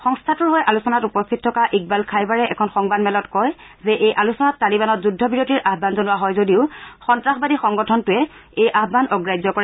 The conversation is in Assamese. সংস্থাটোৰ হৈ আলোচনাত উপস্থিত থকা ইকবাল খাইবাৰে এখন সংবাদমেলত কয় যে এই আলোচনাত তালিবানত যুদ্ধ বিৰতিৰ আয়ন জনোৱা হয় যদিও সন্নাসবাদী সংগঠনটোৱে এই আয়ান অগ্ৰাহ্য কৰে